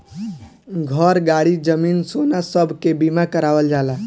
घर, गाड़ी, जमीन, सोना सब के बीमा करावल जाला